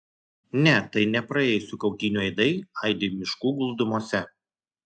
ne tai ne praėjusių kautynių aidai aidi miškų glūdumose